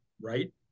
right